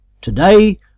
Today